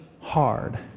hard